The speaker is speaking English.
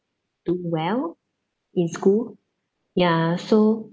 do well in school ya so